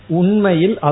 Unmail